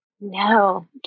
No